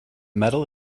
medal